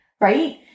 right